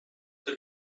the